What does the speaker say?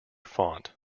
font